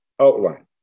outline